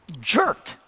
jerk